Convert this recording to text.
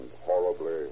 horribly